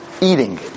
Eating